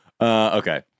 Okay